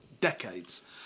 decades